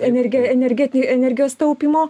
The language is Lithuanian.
energe energeti energijos taupymo